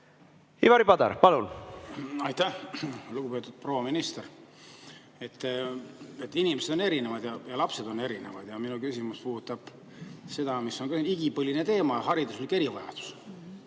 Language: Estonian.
Ivari Padar, palun! Aitäh! Lugupeetud proua minister! Inimesed on erinevad ja lapsed on erinevad. Minu küsimus puudutab seda, mis on igipõline teema – hariduslik erivajadus.